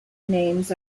names